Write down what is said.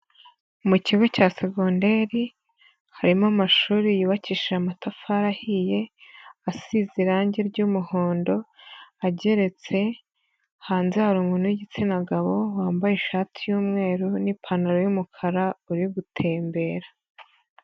Mu kigo cya segonderi harimo amashuri yubakishije amatafari ahiye asize irange ry'umuhondo ageretse, hanze hari umuntu w'igitsina gabo wambaye ishati y'umweru n'ipantaro y'umukara uri gutembera.